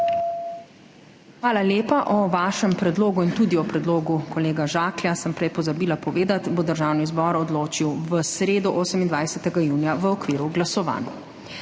Hvala lepa. O vašem predlogu in tudi o predlogu kolega Žaklja, sem prej pozabila povedati, bo Državni zbor odločil v sredo, 28. junija v okviru glasovanj.